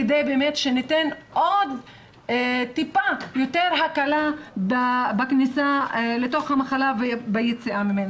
כדי שניתן עוד טיפה יותר הקלה בכניסה לתוך המחלה וביציאה ממנה.